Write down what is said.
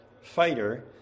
fighter